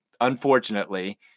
unfortunately